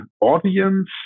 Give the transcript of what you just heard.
audience